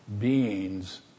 beings